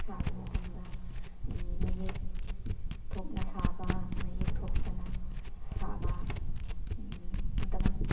ꯁꯥꯕ ꯃꯇꯝꯗ ꯃꯌꯦꯛ ꯊꯣꯛꯅ ꯁꯥꯕ ꯃꯌꯦꯛ ꯊꯣꯛꯇꯅ ꯁꯥꯕ ꯗꯕꯜ